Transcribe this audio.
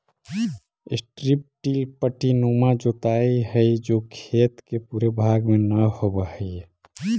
strip till पट्टीनुमा जोताई हई जो खेत के पूरे भाग में न होवऽ हई